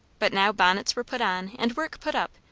but now bonnets were put on, and work put up,